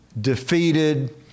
defeated